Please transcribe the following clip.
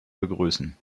begrüßen